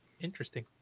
Interesting